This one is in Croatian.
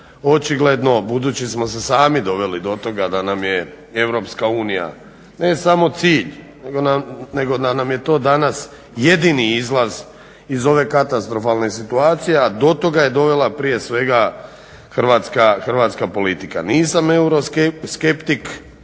očigledno budući smo se sami doveli do toga da nam je EU ne samo cilj nego da nam je to danas jedini izlaz iz ove katastrofalne situacije a do toga je dovela prije svega hrvatska politika. Nisam euroskeptik